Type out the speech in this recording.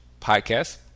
podcast